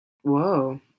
Whoa